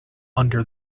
under